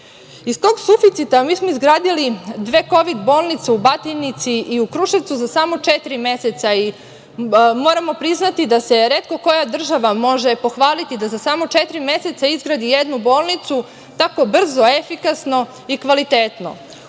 Iz tog suficita mi smo izgradili dve kovid bolnice, u Batajnici i u Kruševcu, za samo četiri meseca i moramo priznati da se retko koja država može pohvaliti da za samo četiri meseca izgradi jednu bolnicu tako brzo, efikasno i kvalitetno.U